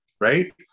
right